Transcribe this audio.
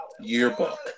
Yearbook